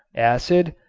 acid,